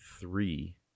three